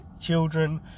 children